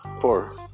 Four